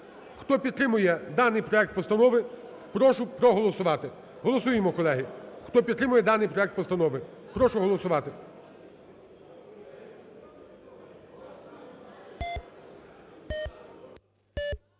Хто підтримує даний проект постанови, прошу проголосувати. Голосуємо, колеги, хто підтримує даний проект постанови. Прошу голосувати.